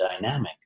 dynamic